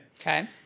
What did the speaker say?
Okay